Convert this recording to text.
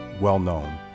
well-known